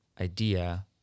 idea